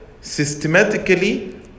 systematically